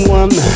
one